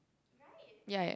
yeah yeah